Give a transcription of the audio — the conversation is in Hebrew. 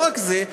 לא רק זה.